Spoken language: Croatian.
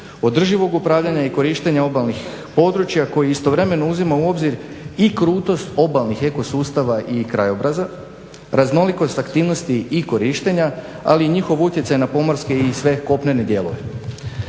održivog upravljanja i korištenja obalnih područja koji istovremeno uzima u obzir i krutost obalnih ekosustava i krajobraza, raznolikost aktivnosti i korištenja, ali i njihov utjecaj na pomorske i sve kopnene dijelove.